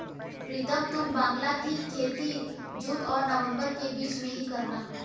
प्रीतम तुम बांग्ला की खेती जून और नवंबर के बीच में ही करना